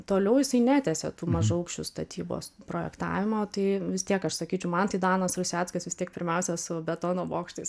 toliau jisai netęsia tų mažaaukščių statybos projektavimo tai vis tiek aš sakyčiau man tai danas ruseckas vis tiek pirmiausias su betono bokštais